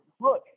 look